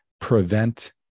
prevent